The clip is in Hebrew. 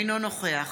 אינו נוכח